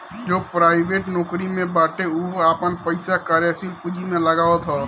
जे प्राइवेट नोकरी में बाटे उहो आपन पईसा कार्यशील पूंजी में लगावत हअ